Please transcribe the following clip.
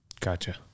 Gotcha